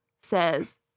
says